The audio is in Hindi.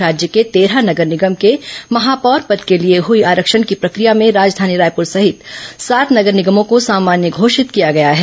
राज्य के तेरह नगर निगम के महापौर पद के लिए हुई आरक्षण की प्रक्रिया में राजधानी रायपुर सहित सात नगर निगमों को सामान्य घोषित किया गया है